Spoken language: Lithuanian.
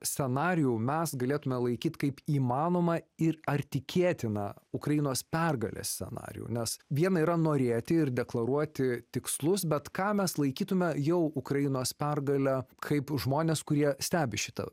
scenarijų mes galėtumėme laikyti kaip įmanomą ir ar tikėtiną ukrainos pergalės scenarijų nes viena yra norėti ir deklaruoti tikslus bet ką mes laikytumėme jau ukrainos pergale kaip žmones kurie stebi šitą